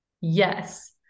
Yes